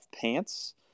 pants